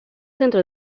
centro